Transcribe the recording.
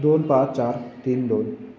दोन पाच चार तीन दोन